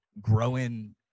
growing